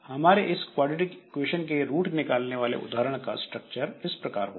हमारे इस quadratic equation के रूट निकालने वाले उदाहरण का स्ट्रक्चर इस प्रकार होगा